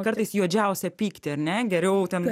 kartais juodžiausią pyktį ar ne geriau ten